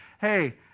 hey